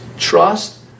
Trust